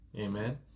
Amen